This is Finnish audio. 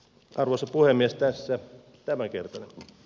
ruusuvuori mistä se että median